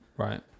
right